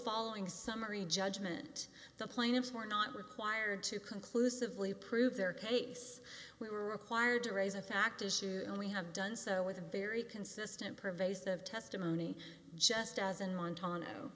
following summary judgment the plaintiffs were not required to conclusively prove their case we were required to raise a fact issue and we have done so with a very consistent pervasive testimony just as an montan